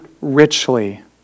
richly